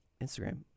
Instagram